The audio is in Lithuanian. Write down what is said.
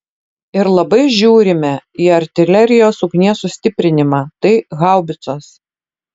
ir labai žiūrime į artilerijos ugnies sustiprinimą tai haubicos